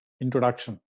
introduction